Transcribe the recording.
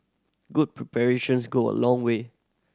good preparations go a long way